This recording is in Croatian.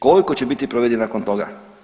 Koliko će biti provediv nakon toga?